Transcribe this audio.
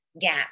gap